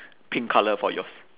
pink colour for yours